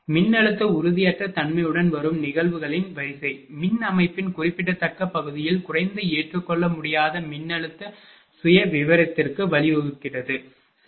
மின்னழுத்த உறுதியற்ற தன்மையுடன் வரும் நிகழ்வுகளின் வரிசை மின் அமைப்பின் குறிப்பிடத்தக்க பகுதியில் குறைந்த ஏற்றுக்கொள்ள முடியாத மின்னழுத்த சுயவிவரத்திற்கு வழிவகுக்கிறது சரி